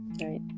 Right